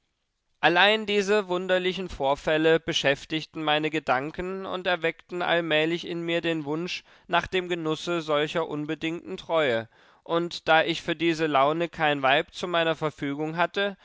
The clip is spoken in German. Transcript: allein diese wunderlichen vorfälle beschäftigten meine gedanken und erweckten allmählich in mir den wunsch nach dem genusse solcher unbedingten treue und da ich für diese laune kein weib zu meiner verfügung hatte